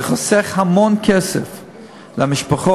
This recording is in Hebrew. זה חוסך המון כסף למשפחות,